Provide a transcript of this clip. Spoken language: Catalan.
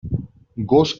gos